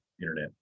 internet